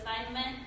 assignment